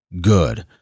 good